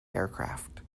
aircraft